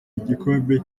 igikombe